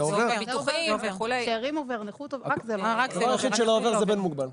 הדבר היחיד שלא עובר זה בן מוגבל.